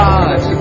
God